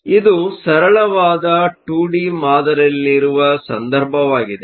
ಆದ್ದರಿಂದ ಇದು ಸರಳವಾದ 2ಡಿ ಮಾದರಿಯಲ್ಲಿರುವ ಸಂದರ್ಭವಾಗಿದೆ